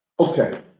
Okay